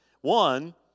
One